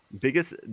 biggest